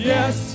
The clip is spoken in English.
Yes